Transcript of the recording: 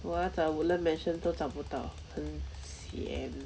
我要找 woodland mansion 都找不到很 sian